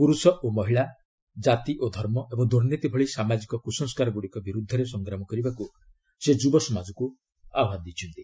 ପୁରୁଷ ଓ ମହିଳା ଜାତି ଓ ଧର୍ମ ଏବଂ ଦୁର୍ନୀତି ଭଳି ସାମାଜିକ କୁସଂସ୍କାରଗୁଡ଼ିକ ବିରୁଦ୍ଧରେ ସଂଗ୍ରାମ କରିବାକୁ ସେ ଯୁବସମାଜକୁ ଆହ୍ୱାନ ଦେଇଛନ୍ତି